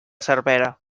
cervera